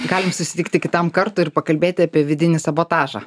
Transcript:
galim susitikti kitam kartui ir pakalbėti apie vidinį sabotažą